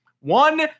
One